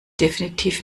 definitiv